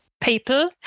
People